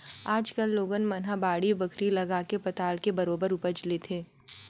आज कल लोगन मन ह बाड़ी बखरी लगाके पताल के बरोबर उपज लेथे